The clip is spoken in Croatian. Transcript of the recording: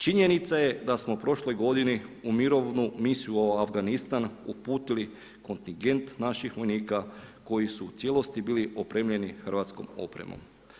Činjenica je da smo u prošloj godini u Mirovinu misiju u Afganistan uputili kontingent naših vojnika koji su u cijelosti bili opremljeni hrvatskom opremom.